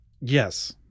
Yes